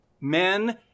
Men